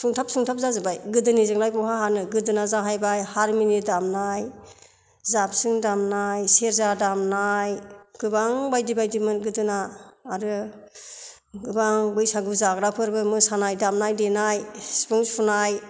सुंथाब सुंथाब जाजोब्बाय गोदोनि जोंलाय बहा हानो गोदोना जाबाय हारमनि दामनाय जाबस्रिं दामनाय सेरजा दामनाय गोबां बायदि बायदिमोन गोदोना आरो गोबां बैसागु जाग्राफोरबो मोसानाय दामनाय देनाय सिफुं सुनाय